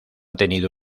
tenido